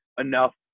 enough